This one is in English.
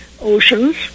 oceans